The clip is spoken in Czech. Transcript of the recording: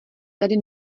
tady